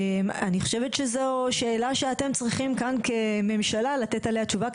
אני חושבת שזו שאלה שאתם צריכים כאן כממשלה לתת עליה תשובה.